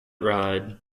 ride